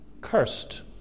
cursed